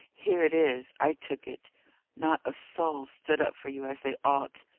here it is i took it not a soul stood up for you as they ought!